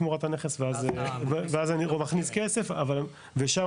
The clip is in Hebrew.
תמורת הנכס ואז אני מכניס כסף ושמה,